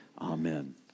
Amen